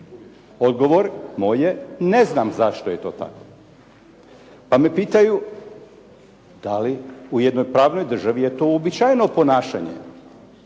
Odgovor moj je ne znam zašto je to tako. Pa me pitaju da li u jednoj pravnoj državi je to uobičajeno ponašanje.